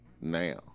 Now